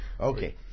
Okay